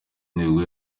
nibwo